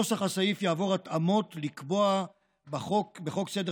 נוסח הסעיף יעבור התאמות לקבוע בחוק סדר